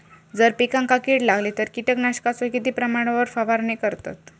जर पिकांका कीड लागली तर कीटकनाशकाचो किती प्रमाणावर फवारणी करतत?